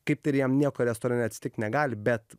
kaip tai ir jam nieko restorane atsitikt negali bet